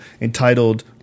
entitled